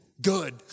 Good